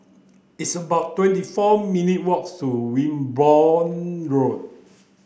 it's about twenty four minutes' walk to Wimborne Road